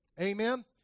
Amen